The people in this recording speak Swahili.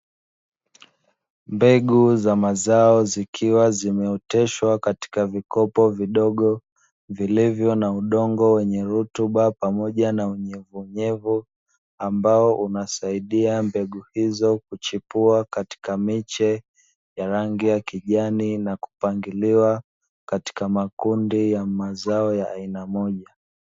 Mbegu za mazao zikiwa zimeoteshwa katika vikopo vidogo, vilivyo na udongo wenye rutuba pamoja na unyevunyevu. Ambao unasaidia mbegu hizo kuchepua katika miche ya rangi ya kijani, na kupangiliwa katika makundi ya mazao ya aina moja.